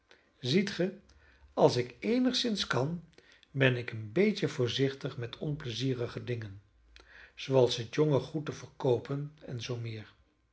ziet ge als ik eenigszins kan ben ik een beetje voorzichtig met onpleizierige dingen zooals het jonge goed te verkoopen en zoo meer zend